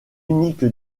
unique